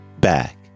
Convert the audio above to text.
back